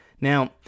Now